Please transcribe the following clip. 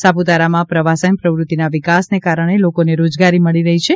સાપુતારામાં પ્રવાસન પ્રવૃત્તિના વિકાસને કારણે લોકોને રોજગારી મળી રહી છે